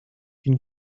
can